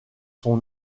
son